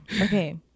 Okay